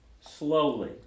Slowly